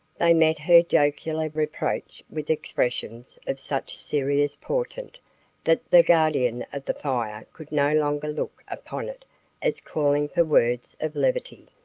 they met her jocular reproach with expressions of such serious portent that the guardian of the fire could no longer look upon it as calling for words of levity.